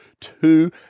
two